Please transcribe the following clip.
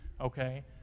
Okay